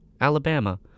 Alabama